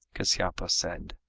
kasyapa said,